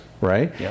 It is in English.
right